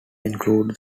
include